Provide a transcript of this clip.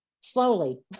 slowly